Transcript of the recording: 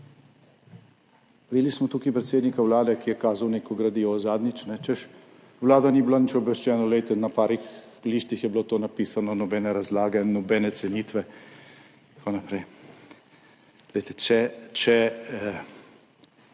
videli smo tukaj predsednika Vlade, ki je kazal neko gradivo zadnjič, češ, Vlada ni bila nič obveščena, glejte, na parih listih je bilo to napisano, nobene razlage, nobene cenitve, itn.